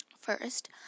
First